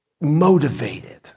motivated